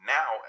now